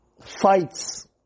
fights